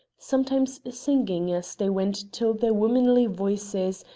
sometimes singing as they went till their womanly voices,